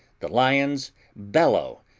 the lions bellow,